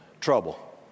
trouble